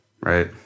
right